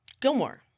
Gilmore